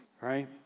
right